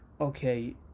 okay